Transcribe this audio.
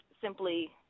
simply